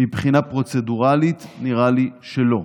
מבחינה פרוצדורלית, נראה לי שלא,